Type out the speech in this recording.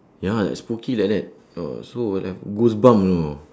ya like spooky like that know so will have goose bump you know